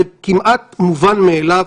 זה כמעט מובן מאליו.